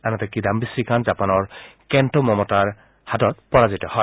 আনহাতে কিদাম্বি শ্ৰীকান্ত জাপানৰ কেণ্ট' মমতাৰ হাতত পৰাজিত হয়